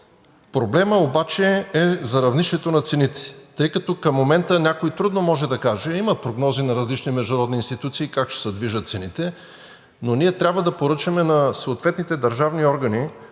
проблемът обаче е за равнището на цените. Тъй като някой трудно може да каже – има прогнози на различни международни институции как ще се движат цените, но ние трябва да поръчаме на съответните държавни органи